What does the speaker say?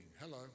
Hello